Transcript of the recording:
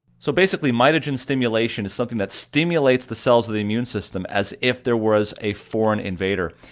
so basically mitogen stimulation is something that stimulates the cells of the immune system as if there was a foreign invader,